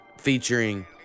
Featuring